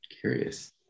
Curious